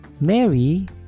Mary